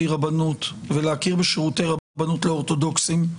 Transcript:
רבנות ולהכיר בשירותי רבנות לא-אורתודוכסים.